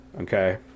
Okay